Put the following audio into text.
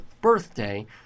birthday